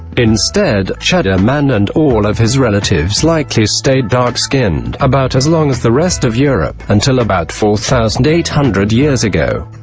instead, cheddar man and all of his relatives likely stayed dark-skinned, about as long as the rest of europe until about four thousand eight hundred years ago.